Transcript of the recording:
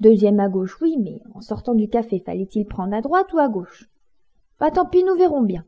deuxième à gauche oui mais en sortant du café fallait-il prendre à droite ou à gauche bah tant pis nous verrons bien